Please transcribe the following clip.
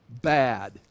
bad